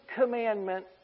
commandment